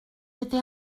été